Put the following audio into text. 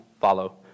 follow